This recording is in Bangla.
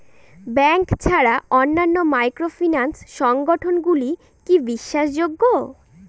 ব্যাংক ছাড়া অন্যান্য মাইক্রোফিন্যান্স সংগঠন গুলি কি বিশ্বাসযোগ্য?